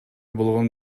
болгонун